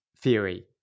theory